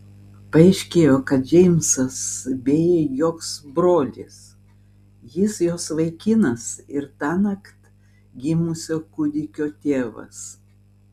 paaiškėjo kad džeimsas bėjai joks brolis jis jos vaikinas ir tąnakt gimusio kūdikio tėvas